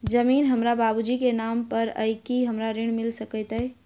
जमीन हमरा बाबूजी केँ नाम पर अई की हमरा ऋण मिल सकैत अई?